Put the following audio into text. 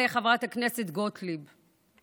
חברת הכנסת גוטליב,